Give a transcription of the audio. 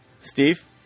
Steve